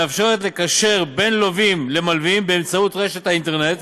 מאפשרת לקשר בין לווים למלווים באמצעות רשת האינטרנט